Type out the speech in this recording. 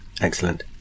Excellent